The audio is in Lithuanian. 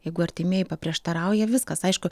jeigu artimieji paprieštarauja viskas aišku